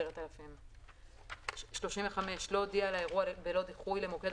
10,000. (35) לא הודיע על האירוע בלא דיחוי למוקד